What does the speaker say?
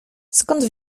skąd